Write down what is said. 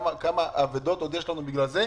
כמה אבדות נוספות יש לנו בגלל זה.